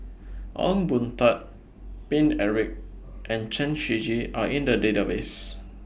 Ong Boon Tat Paine Eric and Chen Shiji Are in The Database